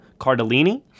Cardellini